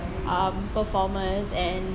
mm performers and